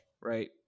right